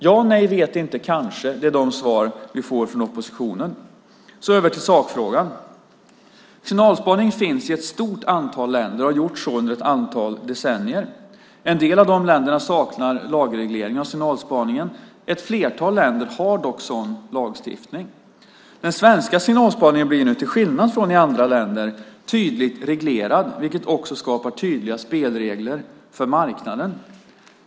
Ja, nej, vet inte, kanske är de svar som vi får från oppositionen. Så över till sakfrågan. Signalspaning finns i ett stort antal länder och har gjort så i ett antal decennier. En del av länderna saknar lagreglering av signalspaningen, ett flertal länder har dock en sådan lagstiftning. Den svenska signalspaningen blir till skillnad från andra länders tydligt reglerad, vilket också skapar tydliga spelregler för marknaden.